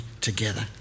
together